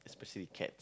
especially cats